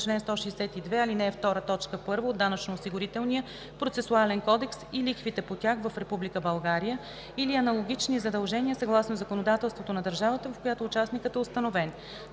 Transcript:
чл. 162, ал. 2, т. 1 от Данъчно-осигурителния процесуален кодекс и лихвите по тях в Република България, или аналогични задължения съгласно законодателството на държавата, в която участникът е установен;